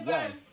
Yes